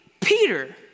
Peter